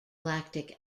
lactic